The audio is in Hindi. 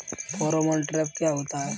फेरोमोन ट्रैप क्या होता है?